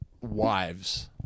wives